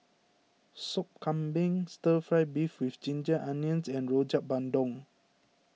Sop Kambing Stir Fry Beef with Ginger Onions and Rojak Bandung